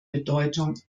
bedeutung